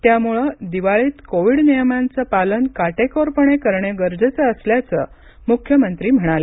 त्यामुळे दिवाळीत कोविड नियमांचं पालन काटेकोरपणे करणं गरजेचं असल्याचं मुख्यमंत्री म्हणाले